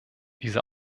dieser